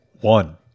one